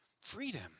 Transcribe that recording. Freedom